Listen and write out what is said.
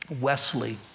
Wesley